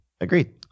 Agreed